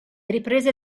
riprese